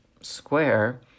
Square